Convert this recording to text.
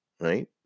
Right